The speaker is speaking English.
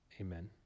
Amen